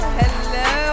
hello